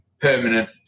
permanent